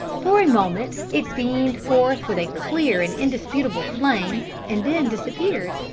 for a moment it beamed forth with a clear and indisputable flame and then disappeared.